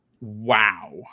wow